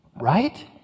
right